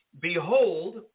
Behold